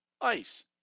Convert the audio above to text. ice